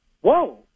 whoa